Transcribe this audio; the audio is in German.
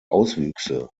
auswüchse